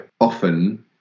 Often